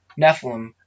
Nephilim